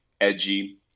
edgy